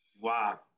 Wow